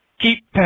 Keep